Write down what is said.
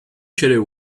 shadow